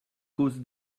cosne